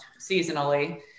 seasonally